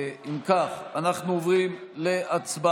אם כך אנחנו עוברים להצבעה.